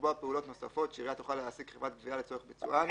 "לקבוע פעולות נוספות שעירייה תוכל להעסיק חברת גבייה לצורך ביצוען,